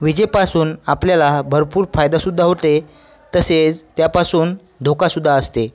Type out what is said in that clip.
विजेपासून आपल्याला हा भरपूर फायदा सुद्धा होते तसेच त्यापासून धोकासुद्धा असते